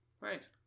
right